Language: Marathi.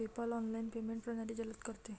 पेपाल ऑनलाइन पेमेंट प्रणाली जलद करते